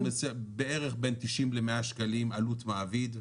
בערך בין 90 ל-100 שקלים עלות מעביד.